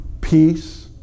peace